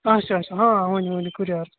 اچھا اچھا آ ؤنو ؤنو کٔرِو عرض